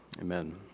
Amen